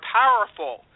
powerful